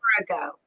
ago